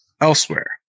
elsewhere